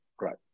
Right